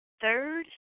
third